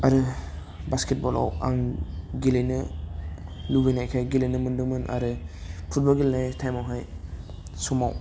आरो बासकेट बलाव आं गेलेनो लुबैनायखाय गेलेनो मोन्दोंमोन आरो फुटबल गेलेनाय टाइमावहाय समाव